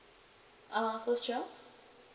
uh first child